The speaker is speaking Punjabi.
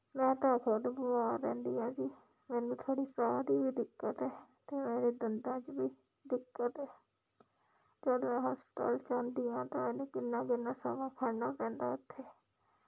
ਮੈਂ ਤਾਂ ਖੁਦ ਬਿਮਾਰ ਰਹਿੰਦੀ ਹੈ ਜੀ ਮੈਨੂੰ ਥੋੜ੍ਹੀ ਸਾਹ ਦੀ ਵੀ ਦਿੱਕਤ ਹੈ ਅਤੇ ਮੇਰੇ ਦੰਦਾਂ ਵਿੱਚ ਵੀ ਦਿੱਕਤ ਹੈ ਜਦ ਮੈਂ ਹਸਪਤਾਲ ਜਾਂਦੀ ਹਾਂ ਤਾਂ ਮੈਨੂੰ ਕਿੰਨਾਂ ਕਿੰਨਾਂ ਸਮਾਂ ਖੜ੍ਹਨਾ ਪੈਂਦਾ ਉੱਥੇ